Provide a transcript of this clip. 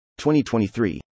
2023